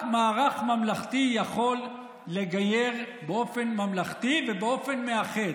רק מערך ממלכתי יכול לגייר באופן ממלכתי ובאופן מאחד.